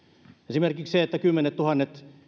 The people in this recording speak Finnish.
esimerkiksi kymmenettuhannet